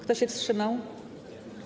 Kto się wstrzymał?